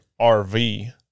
RV